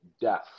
death